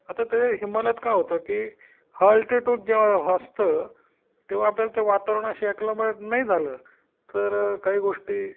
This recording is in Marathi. आता ते हिमालयात काय होतं की हाय अल्टिट्यूड जेव्हा असतं तेव्हा आपल्याला ते वातावरणाशी ॲक्लमेट नाई झालं तर काई गोष्टी